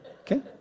Okay